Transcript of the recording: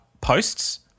posts